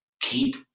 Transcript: keep